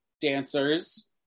dancers